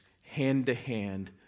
hand-to-hand